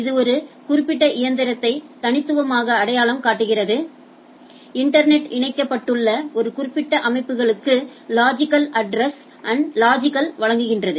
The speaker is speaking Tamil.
இது ஒரு குறிப்பிட்ட இயந்திரத்தை தனித்துவமாக அடையாளம் காட்டுகிறது இன்டர்நெட்டில் இணைக்கப்பட்டுள்ள ஒரு குறிப்பிட்ட அமைப்புகளுக்கு லொஜிக்கல் அட்ரசை லொஜிக்கல் ஆக வழங்குகிறது